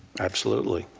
absolutely.